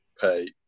pay